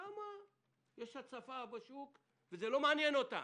שם יש הצפה בשוק, וזה לא מעניין אותם.